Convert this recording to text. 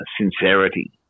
sincerity